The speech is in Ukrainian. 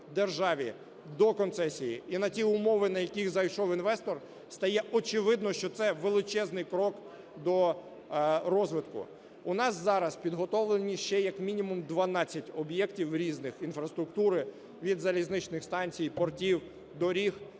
державі до концесії і на ті умови, на яких зайшов інвестор, стає очевидно, що це величезний крок до розвитку. У нас зараз підготовлені ще як мінімум 12 об'єктів різних інфраструктури – від залізничних станцій, портів, доріг